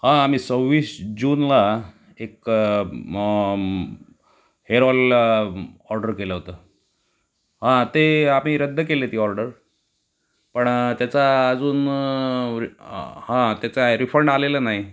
हा आम्ही सव्वीस जुनला एक हेअर ऑइल ऑर्डर केलं होतं हां ते आम्ही रद्द केली ती ऑर्डर पण त्याचा अजून हा त्याचा रिफंड आलेला नाही